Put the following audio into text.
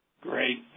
Great